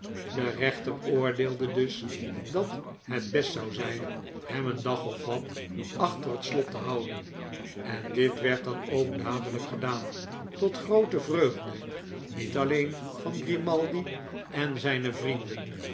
de rechter oordeelde dus dat het best zou zijn hem een dag of wat achter het slot te houden en dit werd dan ook dadelijk gedaan tot groote vreugde niet alleen van grimaldi en zijne vrienden